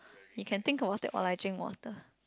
you think about it when I drink water